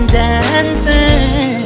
dancing